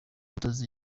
utazi